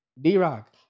d-rock